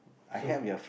so